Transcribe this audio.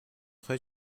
خوای